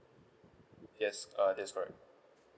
yes uh that's correct